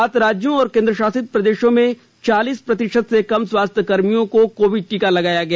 सात राज्यों और केन्द्रशासित प्रदेशों में चालीस प्रतिशत से कम स्वास्थ्यकर्मियों को कोविड टीका लगाया गया